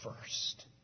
first